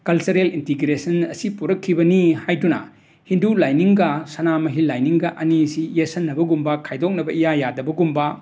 cultural integration ꯑꯁꯤ ꯄꯨꯔꯛꯈꯤꯕꯅꯤ ꯍꯥꯏꯗꯨꯅ ꯍꯤꯟꯗꯨ ꯂꯥꯏꯅꯤꯡꯒ ꯁꯅꯥꯃꯍꯤ ꯂꯥꯏꯅꯤꯡꯒ ꯑꯅꯤꯁꯤ ꯌꯦꯠꯁꯟꯅꯕꯒꯨꯝꯕ ꯈꯥꯏꯗꯣꯛꯅꯕ ꯏꯌꯥ ꯌꯥꯗꯕꯒꯨꯝꯕ